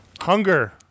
Hunger